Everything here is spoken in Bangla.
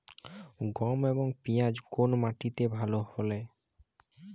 গম এবং পিয়াজ কোন মাটি তে ভালো ফলে?